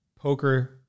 poker